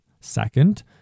Second